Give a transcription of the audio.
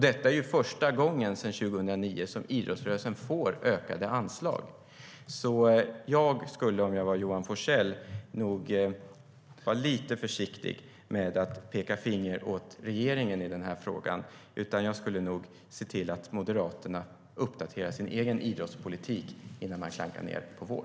Detta är första gången sedan 2009 som idrottsrörelsen får ökade anslag, så om jag var Johan Forssell skulle jag nog vara lite försiktig med att peka finger åt regeringen i den här frågan. Jag skulle nog i stället se till att Moderaterna uppdaterade sin egen idrottspolitik innan man klankade ned på vår.